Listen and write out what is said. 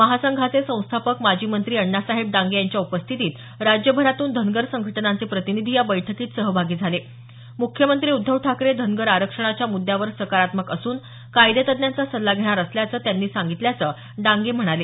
महासंघाचे संस्थापक माजी मंत्री अण्णासाहेब डांगे यांच्या उपस्थितीत राज्यभरातून धनगर संघटनांचे प्रतिनिधी या बैठकीत सहभागी झाले मुख्यमंत्री उध्दव ठाकरे धनगर आरक्षणाच्या मुद्यावर सकारात्मक असून कायदेतज्ञांचा सल्ला घेणार असल्याचं त्यांनी सांगितल्याचं डांगे म्हणाले